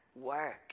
work